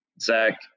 Zach